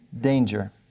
danger